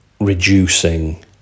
reducing